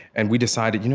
and we decided, you